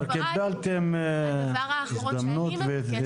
אתם כבר הבעתם את דעתכם.